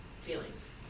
feelings